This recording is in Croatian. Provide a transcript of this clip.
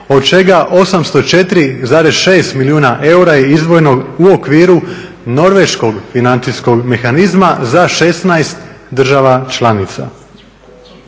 od čega 804,6 milijuna eura je izdvojeno u okviru norveškog financijskog mehanizma za 16 država članica.